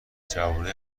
جوونای